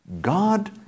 God